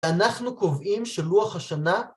אנחנו קובעים שלוח השנה